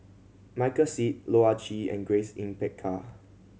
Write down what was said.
Michael Seet Loh Ah Chee and Grace Yin Peck Ha